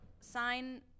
sign